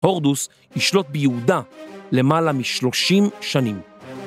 הורדוס ישלוט ביהודה למעלה משלושים שנים.